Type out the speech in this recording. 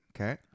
Okay